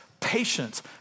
patience